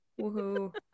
Woohoo